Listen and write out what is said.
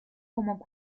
como